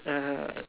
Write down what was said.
uh